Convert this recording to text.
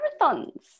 marathons